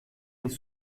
des